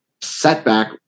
setback